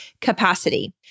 capacity